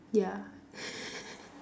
ya